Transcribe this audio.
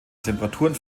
temperaturen